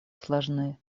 сложны